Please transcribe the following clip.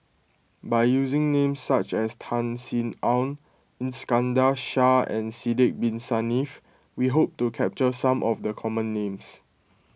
by using names such as Tan Sin Aun Iskandar Shah and Sidek Bin Saniff we hope to capture some of the common names